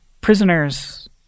prisoners